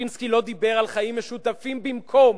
ז'בוטינסקי לא דיבר על חיים משותפים בִּמְקום.